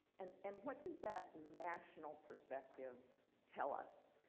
and and what does that national perspective tell us?